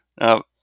Now